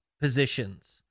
positions